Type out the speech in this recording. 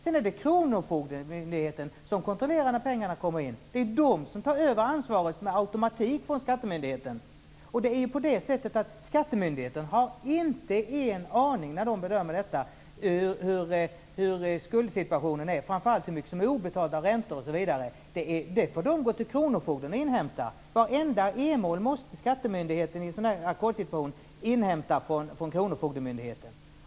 Sedan är det kronofogdemyndigheten som kontrollerar när pengarna kommer in. Det är den som tar över ansvaret med automatik från skattemyndigheten. Skattemyndigheten har inte en aning när man bedömer detta hur skuldsituationen är, framför allt hur mycket som är obetalda räntor osv. Det får skattemyndigheten gå till kronofogdemyndigheten och inhämta. I varenda e-mål måste skattemyndigheten i en ackordssituation inhämta den informationen från kronofogdemyndigheten.